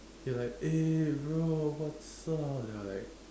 he's like eh bro what's up then I was like